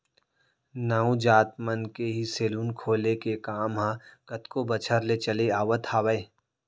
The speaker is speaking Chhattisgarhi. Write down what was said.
नाऊ जात मन के ही सेलून खोले के काम ह कतको बछर ले चले आवत हावय